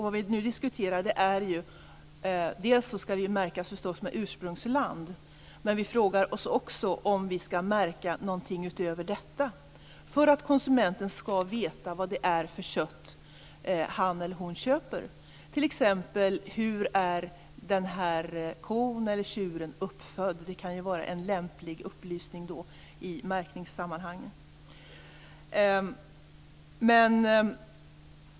Köttet skall märkas med ursprungsland, men vi diskuterar också om köttet skall märkas på något sätt utöver detta för att konsumenten skall veta vad det är för kött som han eller hon köper, t.ex. hur kon eller tjuren är uppfödd. Det kan ju vara en lämplig upplysning i märkningssammanhang.